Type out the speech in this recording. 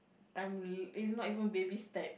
I'm e~ it's not even baby steps